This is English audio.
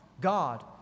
God